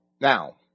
Now